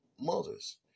mothers